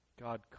God